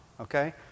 okay